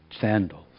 sandals